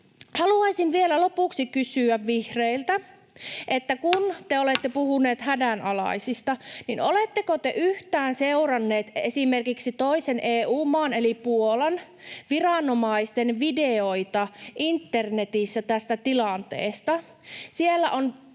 Haluaisin vielä lopuksi kysyä vihreiltä, että kun te olette puhuneet hädänalaisista, niin oletteko te yhtään seuranneet esimerkiksi toisen EU-maan, eli Puolan, viranomaisten videoita internetissä tästä tilanteesta.